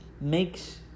makes